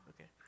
Okay